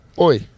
Oi